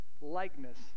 likeness